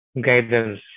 guidance